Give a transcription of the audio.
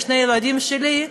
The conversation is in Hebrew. לשני הילדים שלי,